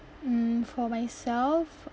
um for myself